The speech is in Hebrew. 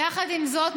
יחד עם זאת,